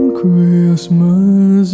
christmas